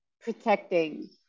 protecting